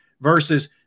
Versus